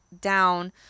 down